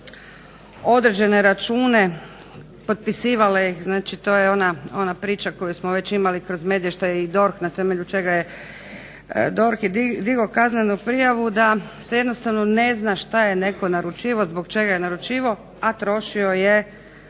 određene račune, potpisivale ih, znači to je ona priča koju smo već imali kroz medije što je i DORH na temelju čega je DORH i digao kaznenu prijavu da se jednostavno ne zna što je netko naručivao, zbog čega je naručivao, a trošio je